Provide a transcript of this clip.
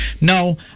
No